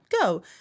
Go